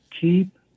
keep